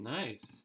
nice